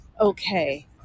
okay